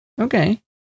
Okay